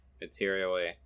materially